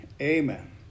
Amen